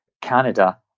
Canada